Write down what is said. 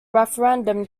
referendum